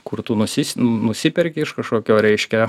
kur tu nusis nusiperki iš kažkokio reiškia